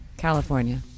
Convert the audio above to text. California